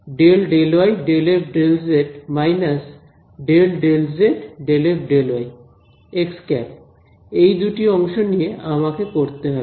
xˆ এই দুটি অংশ নিয়ে আমাকে করতে হবে